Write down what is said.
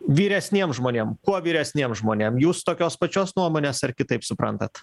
vyresniem žmonėm kuo vyresniem žmonėm jūs tokios pačios nuomonės ar kitaip suprantat